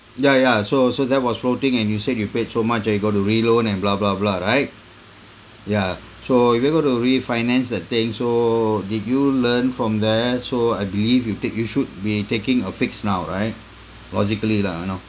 ya ya so so that was floating and you said you paid so much and you got to reloan and blah blah blah right yeah so if you go to refinance the thing so did you learn from there so I believe you take you should be taking a fixed now right logically lah you know